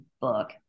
book